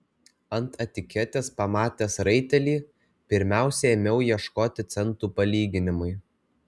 ant etiketės pamatęs raitelį pirmiausia ėmiau ieškoti centų palyginimui